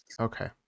Okay